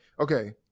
okay